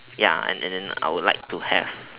ya and then I would like to have